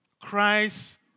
Christ